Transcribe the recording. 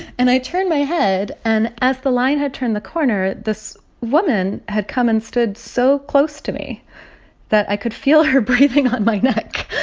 and i turn my head, and as the line had turned the corner, this woman had come and stood so close to me that i could feel her breathing on my neck.